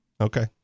Okay